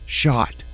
shot